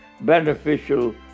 beneficial